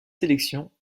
sélections